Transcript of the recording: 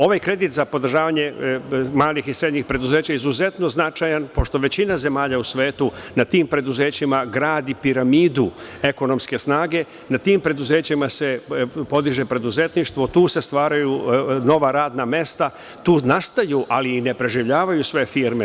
Ovaj kredit za podržavanje malih i srednjih preduzeća je izuzetno značajan, pošto većina zemalja u svetu na tim preduzećima gradi piramidu ekonomske snage, na tim preduzećima se podiže preduzetništvo, tu se stvaraju nova radna mesta, tu nastaju, ali i ne preživljavaju sve firme.